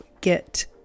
get